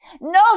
No